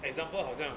example 好像